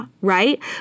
right